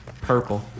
purple